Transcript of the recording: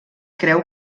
creu